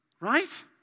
right